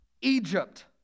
Egypt